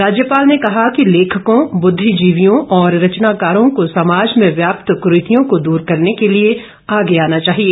राज्यपाल ने कहा कि लेखकों बुद्धिजीवियों और रचनाकारों को समाज में व्याप्त क्रीतियों को दूर करने के लिए आगे आना चाहिए